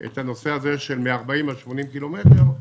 את הנושא של 40 עד 80 קילומטר,